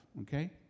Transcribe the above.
Okay